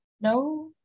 no